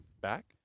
back